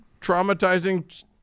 traumatizing